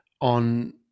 On